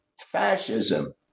fascism